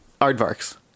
Aardvarks